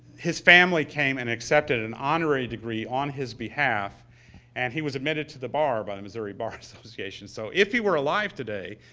his family came and accepted an honorary degree on his behalf and he was admitted to the bar by the missouri bar association. so if he were alive today,